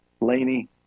Laney